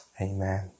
Amen